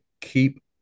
keep